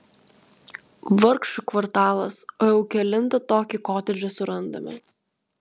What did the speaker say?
vargšų kvartalas o jau kelintą tokį kotedžą surandame